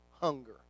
hunger